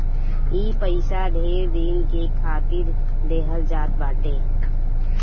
ई पइसा ढेर दिन के खातिर देहल जात बाटे